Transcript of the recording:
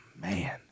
man